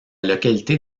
localité